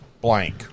blank